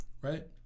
right